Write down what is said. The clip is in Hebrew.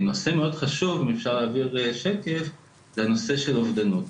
נושא מאוד חשוב זה הנושא של אובדנות.